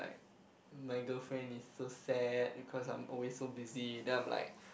my girlfriend is so sad because I'm always so busy then I'm like